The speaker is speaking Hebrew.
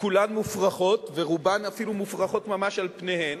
כולן מופרכות ורובן אפילו מופרכות ממש על פניהן.